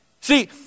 See